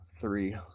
three